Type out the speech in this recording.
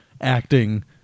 acting